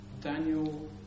Daniel